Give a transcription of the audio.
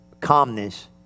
calmness